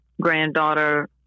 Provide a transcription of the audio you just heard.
granddaughter